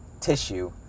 tissue